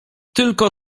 tylko